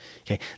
Okay